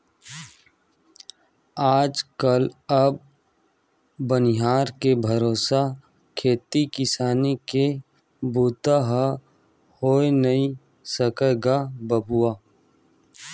आज कल अब बनिहार के भरोसा खेती किसानी के बूता ह होय नइ सकय गा बाबूय